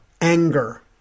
anger